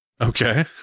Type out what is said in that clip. Okay